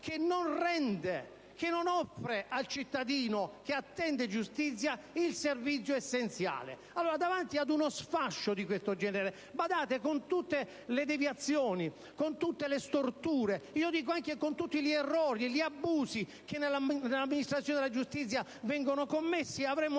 che non rende e non offre al cittadino che attende giustizia il servigio essenziale. Ma allora, di fronte ad uno sfascio di questo genere, badate, con tutte le deviazioni, con tutte le storture e, io dico, anche con tutti gli errori e gli abusi che nell'amministrazione della giustizia vengono commessi, avremmo